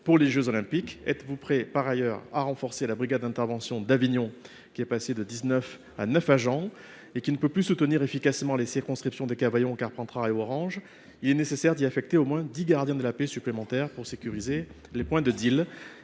pour les jeux Olympiques ? Êtes vous prêt, par ailleurs, à renforcer la brigade d’intervention d’Avignon qui est passée de dix neuf à neuf agents, et qui ne peut plus soutenir efficacement les circonscriptions de Cavaillon, de Carpentras et d’Orange ? Il est nécessaire d’y affecter au moins dix gardiens de la paix supplémentaires pour sécuriser les points de deal,